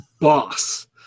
Boss